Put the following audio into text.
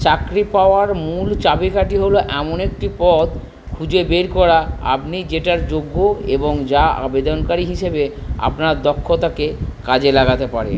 চাকরি পাওয়ার মূল চাবিকাঠি হলো এমন একটি পদ খুঁজে বের করা আপনি যেটার যোগ্য এবং যা আবেদনকারী হিসেবে আপনার দক্ষতাকে কাজে লাগাতে পারে